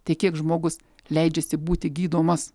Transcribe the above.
tai kiek žmogus leidžiasi būti gydomas